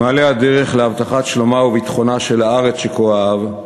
במעלה הדרך להבטחת שלומה וביטחונה של הארץ שכה אהב,